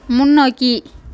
முன்னோக்கி